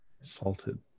Salted